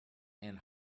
and